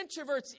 introverts